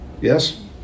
Yes